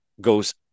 goes